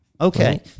Okay